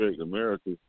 America